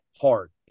hard